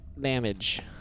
damage